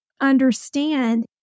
understand